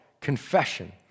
confession